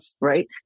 right